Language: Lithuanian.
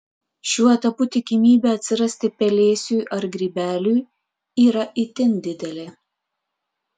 šiuo etapu tikimybė atsirasti pelėsiui ar grybeliui yra itin didelė